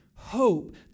Hope